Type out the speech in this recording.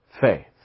faith